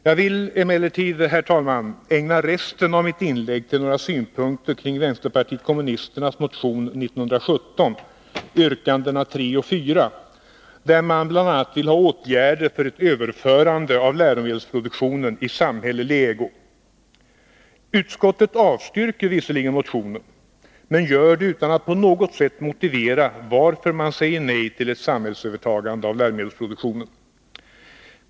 Jag vill emellertid, herr talman, ägna resten av mitt inlägg till några synpunkter kring vänsterpartiet kommunisternas motion 1917, yrkandena 3 och 4, där man bl.a. föreslår åtgärder för ett överförande av läromedelsproduktionen i samhällelig ägo. Utskottet avstyrker visserligen motionen men gör det utan att på något sätt ange skälen till att man säger nej till ett samhällsövertagande av läromedelsproduktionen.